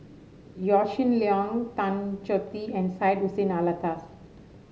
Yaw Shin Leong Tan Choh Tee and Syed Hussein Alatas